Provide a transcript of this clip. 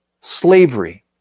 slavery